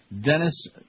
Dennis